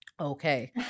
Okay